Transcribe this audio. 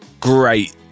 great